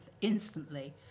instantly